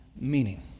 meaning